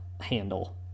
handle